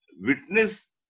witness